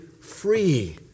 free